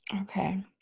Okay